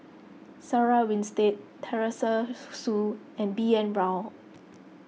Sarah Winstedt Teresa Hsu and B N Rao